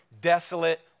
desolate